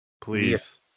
please